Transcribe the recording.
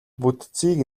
бүтцийг